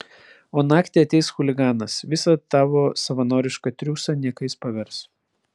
o naktį ateis chuliganas visą tavo savanorišką triūsą niekais pavers